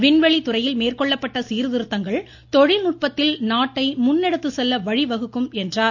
விண்வெளித்துறையில் மேற்கொள்ளப்பட்ட சீர்திருத்தங்கள் தொழில்நுட்பத்தில் நாட்டை முன்னெடுத்து செல்ல வழிவகுக்கும் என்றார்